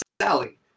Sally